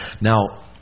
Now